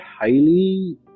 highly